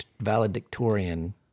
valedictorian